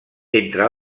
entre